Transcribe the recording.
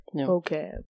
Okay